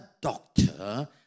doctor